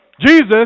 Jesus